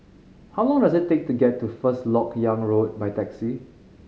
how long does it take to get to First Lok Yang Road by taxi